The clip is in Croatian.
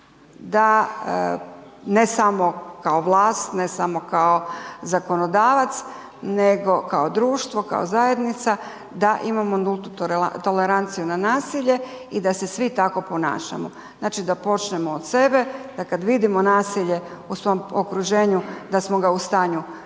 da, ne samo kao vlast, ne samo kao zakonodavac, nego kao društvo, kao zajednica, da imamo nultu toleranciju na nasilje i da se svi tako ponašamo, znači da počnemo od sebe, da kad vidimo nasilje u svom okruženju da smo ga u stanju prijaviti,